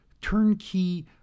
turnkey